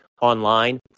online